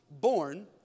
born